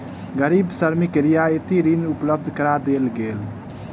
गरीब श्रमिक के रियायती ऋण उपलब्ध करा देल गेल